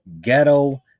Ghetto